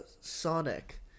Sonic